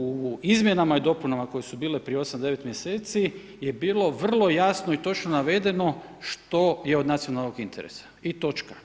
U izmjenama i dopunama koje su bile prije 8, 9 mjeseci je bilo vrlo jasno i točno navedeno što je od nacionalnog interesa i točka.